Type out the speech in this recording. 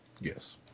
Yes